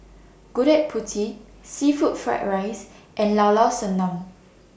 Gudeg Putih Seafood Fried Rice and Llao Llao Sanum